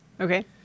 Okay